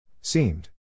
Seemed